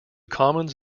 commons